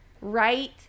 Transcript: right